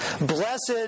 Blessed